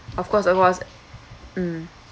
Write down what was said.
of course of course mm